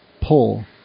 pull